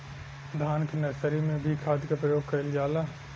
धान के नर्सरी में भी खाद के प्रयोग कइल जाला?